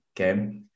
Okay